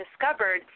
discovered